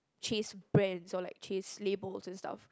chase brands or like chase labels and stuff